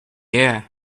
yeah